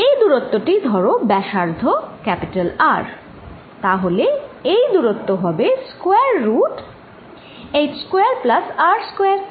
এই দূরত্ব টি ধরো ব্যাসার্ধ R তাহলে এই দূরত্ব হবে square root h square plus R square